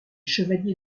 chevalier